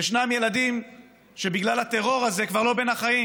יש ילדים שבגלל הטרור הזה הם כבר לא בין החיים